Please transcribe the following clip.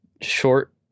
short